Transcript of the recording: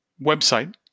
website